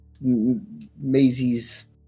...Maisie's